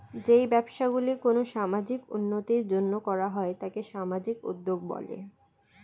যেই ব্যবসাগুলি কোনো সামাজিক উন্নতির জন্য করা হয় তাকে সামাজিক উদ্যোগ বলে